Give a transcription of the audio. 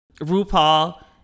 RuPaul